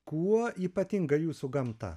kuo ypatinga jūsų gamta